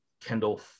Kendall